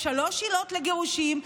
יש עילות לגירושין,